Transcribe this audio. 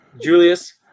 Julius